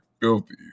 filthy